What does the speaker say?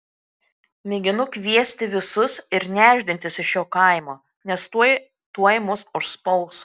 mėginu kviesti visus ir nešdintis iš šio kaimo nes tuoj tuoj mus užspaus